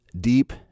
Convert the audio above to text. deep